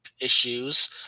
issues